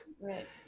Right